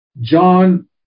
John